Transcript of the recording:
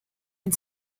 and